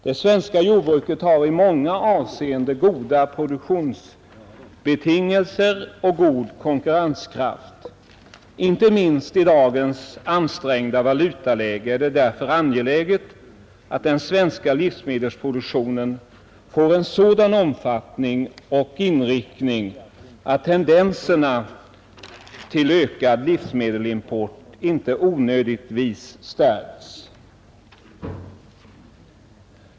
Det svenska jordbruket har i många avseenden goda produktionsbetingelser och god konkurrenskraft. Inte minst i dagens ansträngda valutaläge är det därför angeläget att den svenska livsmedelsproduktionen får en sådan omfattning och inriktning att tendenserna till ökad livsmedelsimport inte onödigtvis förstärks.